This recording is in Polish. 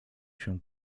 się